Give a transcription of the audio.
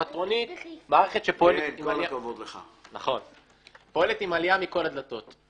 המטרונית זאת מערכת שפועלת עם עלייה מכל הדלתות.